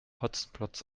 hotzenplotz